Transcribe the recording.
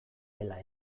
dela